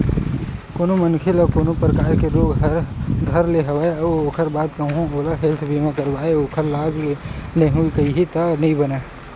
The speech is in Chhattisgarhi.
कोनो मनखे ल कोनो परकार के रोग ह धर ले हवय अउ ओखर बाद कहूँ ओहा हेल्थ बीमा करवाके ओखर लाभ लेहूँ कइही त नइ बनय न